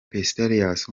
pistorius